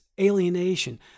alienation